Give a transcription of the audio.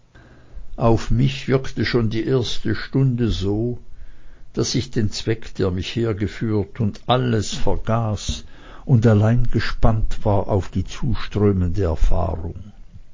auf mich wirkte schon die erste stunde so daß ich den zweck der mich hergeführt und alles vergaß und allein gespannt war auf die zuströmende erfahrung